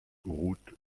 route